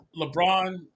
LeBron